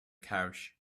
couch